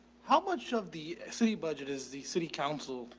how much of the city budget is the city council?